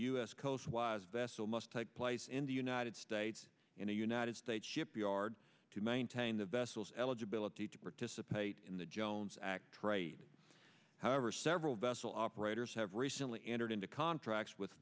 vessel must take place in the united states in the united states shipyard to maintain the vessels eligibility to participate in the jones act trade however several vessel operators have recently entered into contracts with